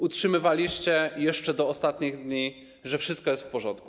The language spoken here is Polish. Utrzymywaliście jeszcze do ostatnich dni, że wszystko jest w porządku.